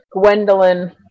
Gwendolyn